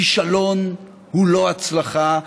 כישלון הוא לא הצלחה.